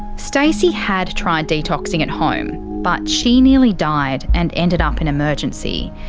stacey had tried detoxing at home, but she nearly died and ended up in emergency.